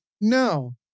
no